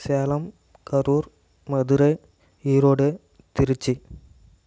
Salem Karur Madurai Erode Trichy